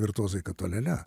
virtuozai kad olialia